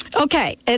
Okay